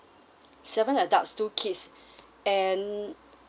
seven adults two kids and